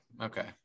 Okay